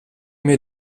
mir